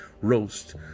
roast